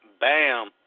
Bam